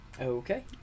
Okay